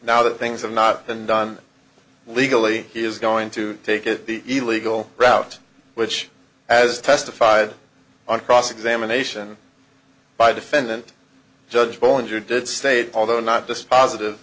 now that things have not been done legally he is going to take it the legal route which as testified on cross examination by defendant judge will injure did state although not dispositive